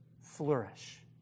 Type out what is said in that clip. flourish